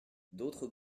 d’autres